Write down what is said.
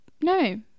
No